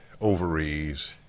ovaries